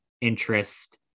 interest